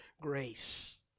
grace